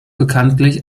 bekanntlich